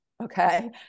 Okay